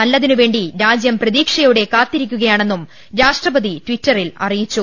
നല്ലതിനു വേണ്ടി രാജ്യം പ്രതീക്ഷയോടെ കാത്തിരിക്കുകയാണെന്നും രാഷ്ട്ര പതി ട്രിറ്ററിൽ അറിയിച്ചു